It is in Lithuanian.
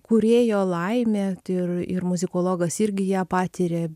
kūrėjo laimė tir ir muzikologas irgi ją patiria